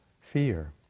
fear